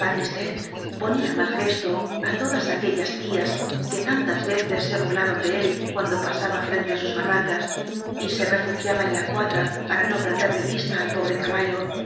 batistet ponía mal gesto á todas aquellas tías que tantas veces se burlaron de él cuando pasaba por frente á sus barracas y se refugiaba en la cuadra para no perder de vista al pobre caballo